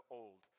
old